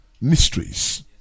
mysteries